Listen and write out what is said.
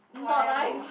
not nice